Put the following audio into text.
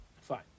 Fine